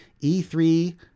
E3